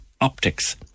optics